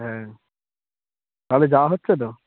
হ্যাঁ তাহলে যাওয়া হচ্ছে তো